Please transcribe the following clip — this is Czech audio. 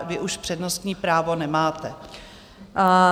Vy už přednostní právo nemáte.